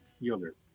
yogurt